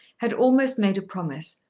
had almost made a promise.